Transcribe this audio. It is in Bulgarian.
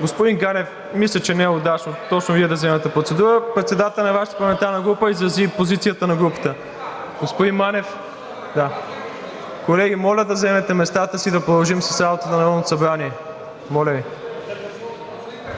Господин Ганев, мисля, че не е удачно точно Вие да вземате процедура. Председателят на Вашата парламентарна група изрази позицията на групата. (Шум и реплики.) Колеги, моля да заемете местата си и да продължим с работата на Народното събрание. Моля Ви!